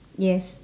yes